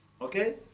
Okay